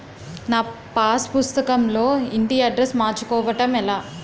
నా పాస్ పుస్తకం లో ఇంటి అడ్రెస్స్ మార్చుకోవటం ఎలా?